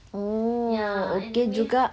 oh okay juga